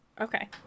Okay